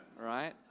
right